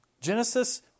Genesis